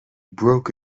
broke